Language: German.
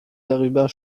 darüber